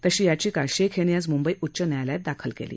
तशी याचिका शेख यांनी आज मंंबई उच्च न्यायालयात दाखल केली